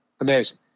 Amazing